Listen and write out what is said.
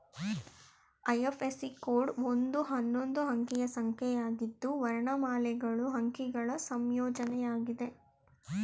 IFSC code ಒಂದು ಹನ್ನೊಂದು ಅಂಕಿಯ ಸಂಖ್ಯೆಯಾಗಿದ್ದು ವರ್ಣಮಾಲೆಗಳು ಅಂಕಿಗಳ ಸಂಯೋಜ್ನಯಾಗಿದೆ